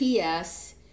PS